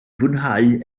fwynhau